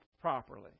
properly